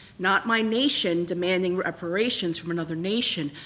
not my nation demanding reparations from another nation,